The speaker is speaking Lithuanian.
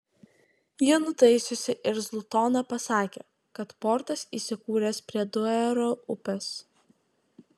ji nutaisiusi irzlų toną pasakė kad portas įsikūręs prie duero upės